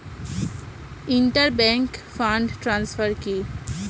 Inter bank fund transfer কি?